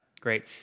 Great